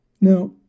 Now